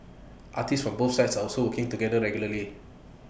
artists from both sides also work together regularly